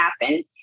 happen